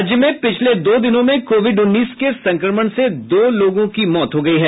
राज्य में पिछले दो दिनों में कोविड उन्नीस के संक्रमण से दो लोगों की मौत हो गयी है